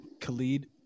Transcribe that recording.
Khalid